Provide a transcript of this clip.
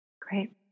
Great